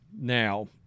now